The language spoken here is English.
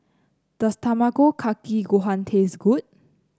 does Tamago Kake Gohan taste good